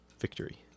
victory